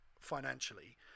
financially